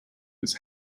its